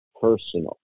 personal